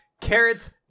Carrots